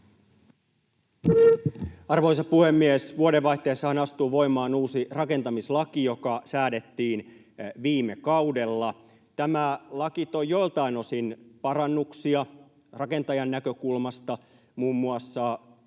Arvoisa puhemies! Vuodenvaihteessahan astuu voimaan uusi rakentamislaki, joka säädettiin viime kaudella. Tämä laki toi joiltain osin parannuksia rakentajan näkökulmasta. Uusi laki